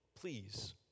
please